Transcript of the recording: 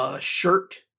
shirt